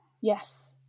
yes